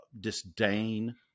disdain